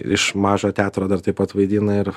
iš mažojo teatro dar taip pat vaidina ir